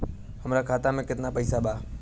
हमरा खाता मे केतना पैसा बा?